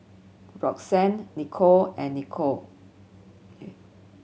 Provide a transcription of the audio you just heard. Roxanne Nicole and Nikole